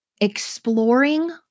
exploring